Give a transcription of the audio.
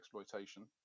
exploitation